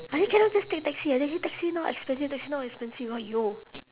I mean why cannot just take taxi she say taxi now expensive taxi now expensive !aiyo!